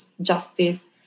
justice